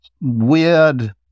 weird